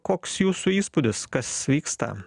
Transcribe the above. koks jūsų įspūdis kas vyksta